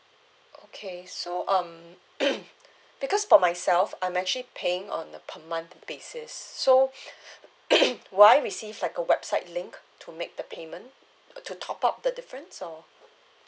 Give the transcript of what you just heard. okay so um because for myself I'm actually paying on a per month basis so do I receive like a website link to make the payment uh to top up the different or